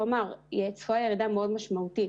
הוא אמר: צפויה ירידה מאוד משמעותית